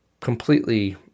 Completely